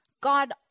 God